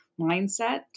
mindset